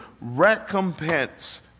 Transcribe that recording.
recompense